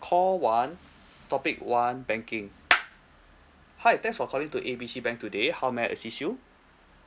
call one topic one banking hi thanks for calling to A B C bank today how may I assist you